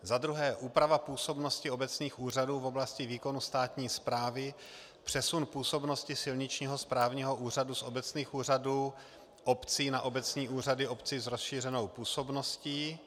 2. úprava působnosti obecních úřadů v oblasti výkonu státní správy, přesun působnosti silničního správního úřadu z obecních úřadů obcí na obecní úřady obcí s rozšířenou působností;